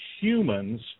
humans